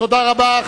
תודה רבה.